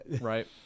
right